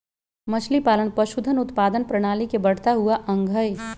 मछलीपालन पशुधन उत्पादन प्रणाली के बढ़ता हुआ अंग हई